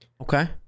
Okay